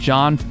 John